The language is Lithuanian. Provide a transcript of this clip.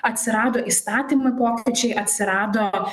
atsirado įstatymų pokyčiai atsirado